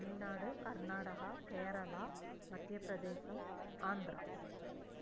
Tamil Nadu Karnataka Kerala Madhya Pradesh Andhra